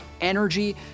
energy